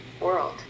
world